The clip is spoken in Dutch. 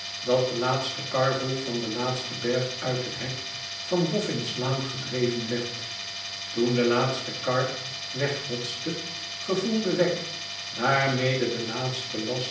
dat de laatste karvel van den laatste berg uit het hek van boffin's laan gedreven werd toen de laatste kar weghotste gevoelde wegg daarmede den laatsten